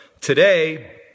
today